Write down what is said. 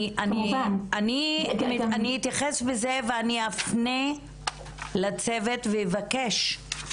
אני אתייחס בזה ואני אפנה לצוות ואבקש,